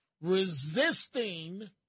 Resisting